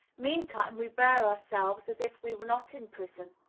meantime, we bear ourselves as if we were not in prison.